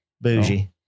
Bougie